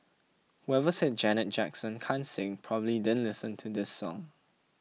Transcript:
whoever said Janet Jackson can't sing probably didn't listen to this song